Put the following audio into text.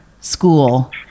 school